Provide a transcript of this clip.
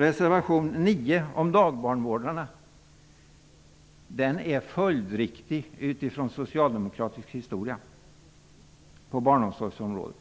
Reservation 9 om dagbarnvårdarna är följdriktig utifrån socialdemokratisk historia på barnomsorgsområdet.